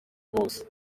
bose